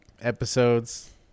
episodes